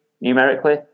numerically